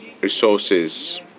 resources